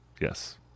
Yes